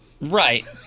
Right